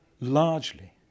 Largely